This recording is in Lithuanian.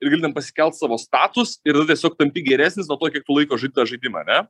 ir gali ten pasikelt savo status ir tada tiesiog tampi geresnis nuo to kiek tu laiko žaidi tą žaidimą ane